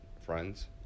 friends